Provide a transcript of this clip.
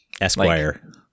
esquire